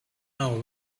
now